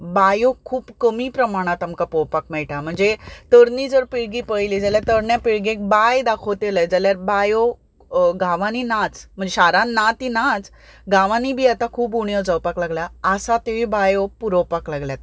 बांयो खूब कमी प्रमाणांत आमकां पोवपाक मेळटा म्हणजे तरणी जर पिळगी पयली जाल्यार तरण्या पिळगेक बांय दाखयतले जाल्यार बांयो गांवांनी नाच म्हणजे शारान ना ती नाच गांवांनी बी आतां खूब उण्यो जावपाक लागल्या आसा त्योय बांयो पुरोवपाक लागल्यात